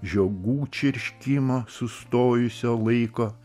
žiogų čirškimo sustojusio laiko